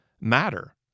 matter